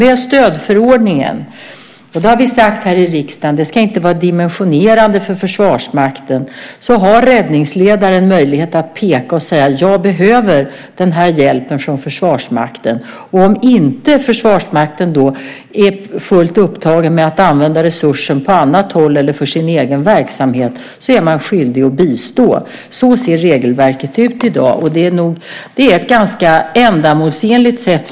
Med stödförordningen - som vi i riksdagen också har sagt inte ska vara dimensionerande för Försvarsmakten - har räddningsledaren möjlighet att peka och säga: Jag behöver den här hjälpen från Försvarsmakten. Om Försvarsmakten då inte är fullt upptagen med att använda resursen på annat håll eller för sin egen verksamhet är man skyldig att bistå. Så ser regelverket ut i dag. Det är en ganska ändamålsenlig ordning.